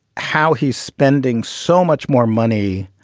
how he's spending so much more money